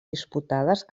disputades